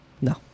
No